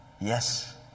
yes